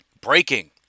breaking